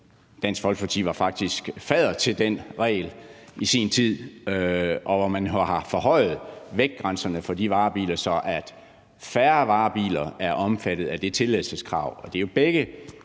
Dansk Folkeparti var faktisk fadder til den regel i sin tid – og hvor man jo har forhøjet vægtgrænserne for de varebiler, så færre varebiler er omfattet af det tilladelseskrav.